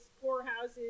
poorhouses